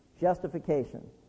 Justification